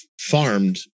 farmed